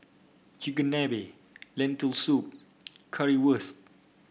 Chigenabe Lentil Soup Currywurst